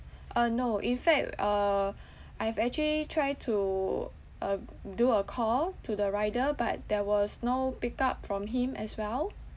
uh no in fact uh I've actually tried to uh do a call to the rider but there was no pick up from him as well